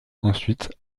ensuite